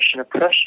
oppression